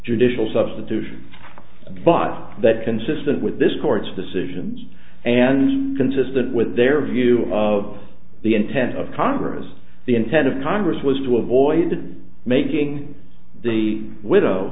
judicial substitution but that consistent with this court's decisions and consistent with their view of the intent of congress the intent of congress was to avoid making the widow